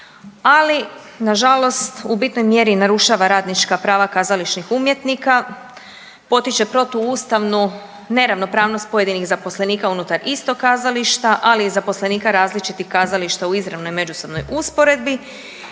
ali nažalost u bitnoj mjeri i narušava radnička prava kazališnih umjetnika, potiče protuustavnu neravnopravnost pojedinih zaposlenika unutar istog kazališta, ali i zaposlenika različitih kazališta u izravnoj međusobnoj usporedbi.